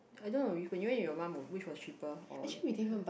I don't know when you went with your mum which was cheaper or you